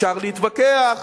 אפשר להתווכח,